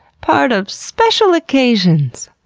part of special occasions!